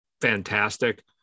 Fantastic